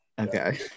Okay